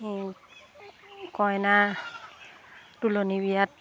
কইনা তুলনী বিয়াত